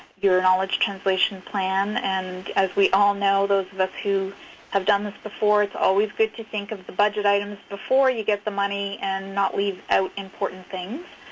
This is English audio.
your knowledge translation plan and as we all know, those of us who have done this before, it's always good to think of the budget items before you get the money and not leave out important things.